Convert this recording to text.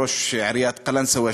ראש עיריית קלנסואה,